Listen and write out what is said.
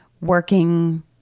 working